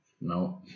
no